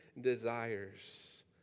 desires